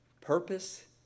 purpose